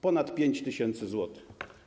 Ponad 5 tys. zł.